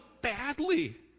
badly